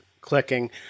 clicking